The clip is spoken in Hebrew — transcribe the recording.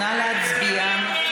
נא להצביע.